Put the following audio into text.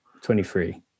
23